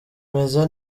meze